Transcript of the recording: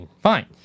Fine